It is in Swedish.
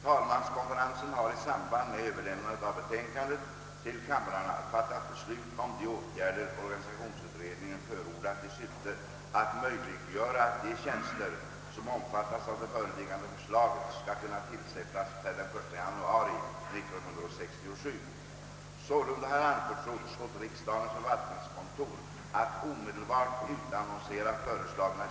Talmanskonferensen har i samband med överlämnandet av betänkandet till kamrarna fattat beslut om de åtgärder organisationsutredningen förordat i syfte att möjliggöra att de tjänster, som omfattas av det föreliggande förslaget, skall kunna tillsättas per den 1 januari 1967.